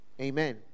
Amen